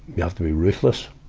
you have to be ruthless,